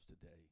today